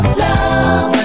love